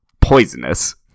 poisonous